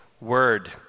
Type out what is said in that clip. word